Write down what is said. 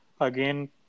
Again